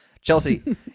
Chelsea